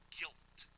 guilt